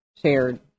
Shared